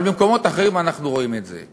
אבל במקומות אחרים אנחנו רואים את זה.